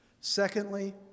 Secondly